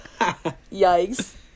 yikes